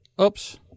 oops